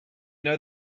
know